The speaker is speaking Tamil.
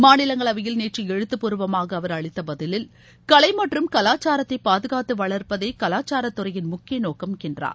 மாநிலங்களவையில் நேற்று எழுத்துப்பூர்வமாக அவர் அளித்த பதிலில் கலை மற்றும் கலாச்சாரத்தை பாதுகாத்து வளர்ப்பதே கலாசாரத் துறையின் முக்கிய நோக்கம் என்றார்